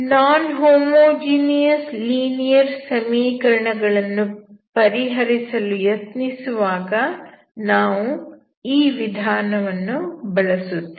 ನಾನ್ homogeneous linear ಸಮೀಕರಣ ಗಳನ್ನು ಪರಿಹರಿಸಲು ಯತ್ನಿಸುವಾಗ ನಾವು ಈ ವಿಧಾನವನ್ನು ಬಳಸುತ್ತೇವೆ